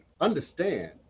Understand